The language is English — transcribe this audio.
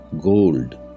gold